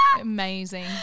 Amazing